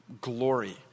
glory